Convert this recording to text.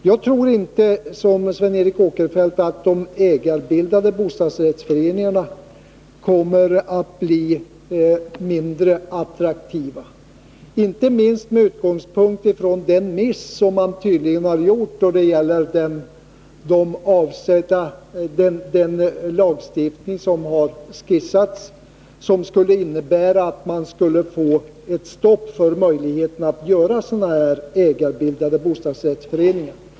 Jag tror inte, som Sven Eric Åkerfeldt, att de ägarbildade bostadsrättsföreningarna kommer att bli mindre attraktiva. Det gäller inte minst med tanke på den miss som man tydligen gjort i samband med att lagstiftningen på området skisserades och som innebär att man skulle få ett stopp för möjligheterna till ägarbildade bostadsrättsföreningar.